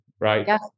Right